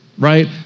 Right